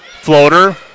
Floater